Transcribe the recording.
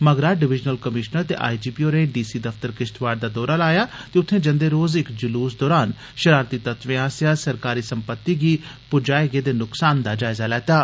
मगरा divisional commissioner ते I G P होरें डी सी दफतर किश्तवाड़ दा दौरा लाया ते उत्थे जंदे रोज इक जलूस दोरान शरारती तत्वें आस्सेया सरकारी सम्पति गी पुजाए गेदे नुक्सान दा जायजा लैत्ता